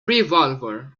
revolver